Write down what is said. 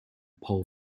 pole